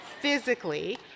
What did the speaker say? physically